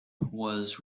was